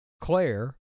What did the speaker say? Claire